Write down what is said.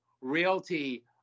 realty